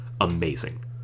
amazing